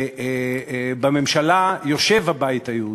ובממשלה יושב הבית היהודי,